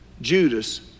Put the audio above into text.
Judas